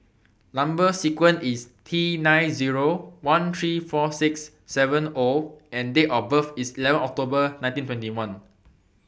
Number sequence IS T nine Zero one three four six seven O and Date of birth IS eleven October nineteen twenty one